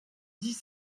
dix